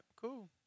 cool